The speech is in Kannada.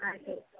ಆಯಿತು